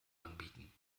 anbieten